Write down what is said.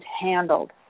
handled